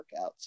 workouts